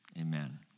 amen